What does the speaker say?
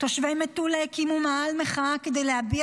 תושבי מטולה הקימו מאהל מחאה כדי להביע